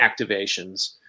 activations